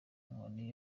inkoni